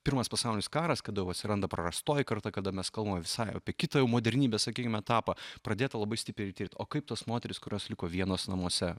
pirmas pasaulinis karas kada jau atsiranda prarastoji karta kada mes kalbame visai apie kitą modernybės sakykime etapą pradėta labai stipriai tirti o kaip tos moterys kurios liko vienos namuose